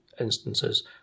instances